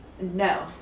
No